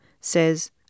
says